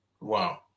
Wow